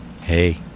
Hey